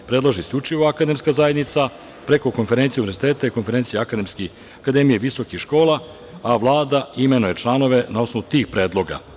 To predlaže isključivo akademska zajednica preko konferencije univerziteta i konferencije akademije visokih škola, a Vlada imenuje članove na osnovu tih predloga.